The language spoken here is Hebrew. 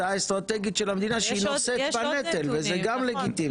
- -אסטרטגית של המדינה שהיא נושאת בנטל וזה גם לגיטימי.